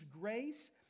grace